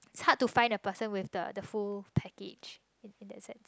hard to find the person with the the full package in that sense